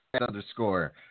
underscore